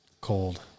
Cold